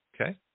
okay